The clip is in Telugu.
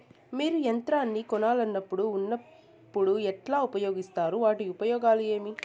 మీరు యంత్రాన్ని కొనాలన్నప్పుడు ఉన్నప్పుడు ఎట్లా ఉపయోగిస్తారు వాటి ఉపయోగాలు ఏవి?